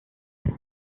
pour